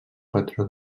patró